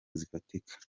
zifatika